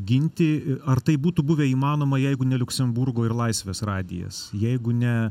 ginti ar tai būtų buvę įmanoma jeigu ne liuksemburgo ir laisvės radijas jeigu ne